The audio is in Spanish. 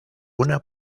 una